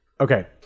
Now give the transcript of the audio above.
Okay